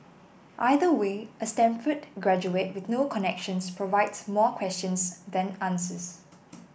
either way a Stanford graduate with no connections provides more questions than answers